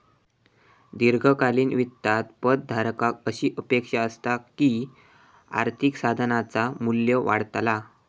दीर्घकालीन वित्तात पद धारकाक अशी अपेक्षा असता की आर्थिक साधनाचा मू्ल्य वाढतला